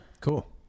cool